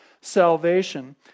salvation